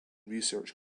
research